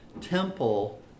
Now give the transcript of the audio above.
temple